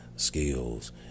Skills